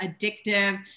addictive